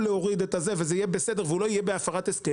להוריד את זה וזה יהיה בסדר והוא לא יהיה בהפרת הסכם,